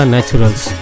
Naturals